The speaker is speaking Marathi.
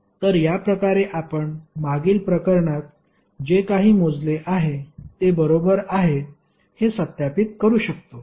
तर या प्रकारे आपण मागील प्रकरणात जे काही मोजले आहे ते बरोबर आहे हे सत्यापित करू शकतो